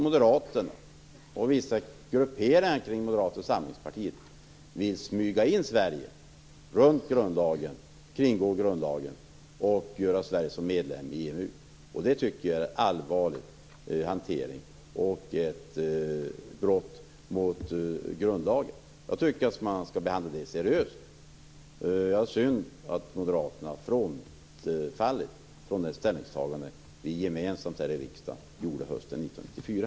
Moderaterna och vissa grupperingar kring Moderata Samlingspartiet vill smyga in Sverige, kringgå grundlagen och göra Sverige till medlem i EMU. Det tycker jag är en allvarlig hantering och ett brott mot grundlagen. Jag tycker att man skall behandla det seriöst. Det är synd att Moderaterna har frångått det ställningstagande vi gjorde gemensamt här i riksdagen hösten 1994.